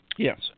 Yes